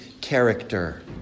character